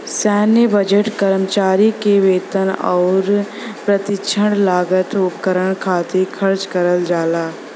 सैन्य बजट कर्मचारी क वेतन आउर प्रशिक्षण लागत उपकरण खातिर खर्च करल जाला